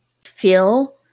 feel